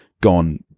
gone